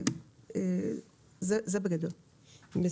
תודה לך.